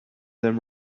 them